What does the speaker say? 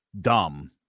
dumb